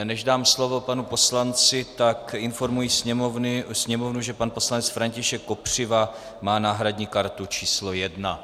Než dám slovo panu poslanci, tak informuji Sněmovnu, že pan poslanec František Kopřiva má náhradní kartu číslo 1.